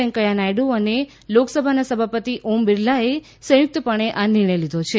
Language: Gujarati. વૈંકૈયા નાયડુ અને લોકસભાના સભાપતિ ઓમ બિરલાએ સંયુક્તપણે આ નિર્ણય લીધો છે